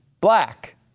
black